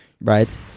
Right